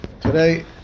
Today